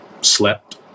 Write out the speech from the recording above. slept